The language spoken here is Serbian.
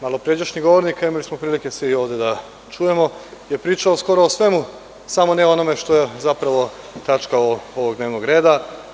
Malopređašnji govornik, imali smo prilike svi ovde da čujemo, je pričao skoro o svemu samo ne o onome što je zapravo tačka dnevnog reda.